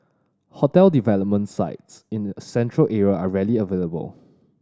hotel development sites in the Central Area are rarely available